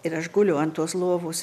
ir aš guliu ant tos lovos